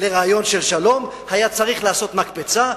לרעיון של שלום, היה צריך לעשות מקפצה.